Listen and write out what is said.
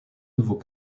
nouveau